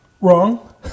Wrong